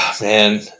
Man